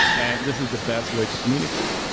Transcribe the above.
and this is the best way to communicate.